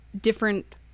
different